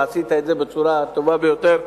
ועשית את זה בצורה הטובה ביותר,